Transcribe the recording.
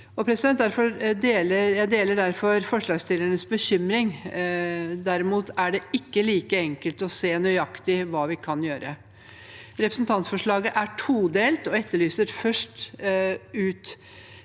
Jeg deler derfor forslagsstillernes bekymring. Derimot er det ikke like enkelt å se nøyaktig hva vi kan gjøre. Representantforslaget er todelt og etterlyser først